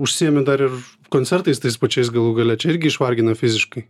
užsiimi dar ir koncertais tais pačiais galų gale čia irgi išvargina fiziškai